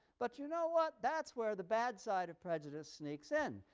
but you know what? that's where the bad side of prejudice sneaks in.